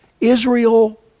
Israel